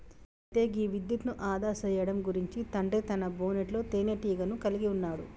అయితే గీ విద్యుత్ను ఆదా సేయడం గురించి తండ్రి తన బోనెట్లో తీనేటీగను కలిగి ఉన్నాడు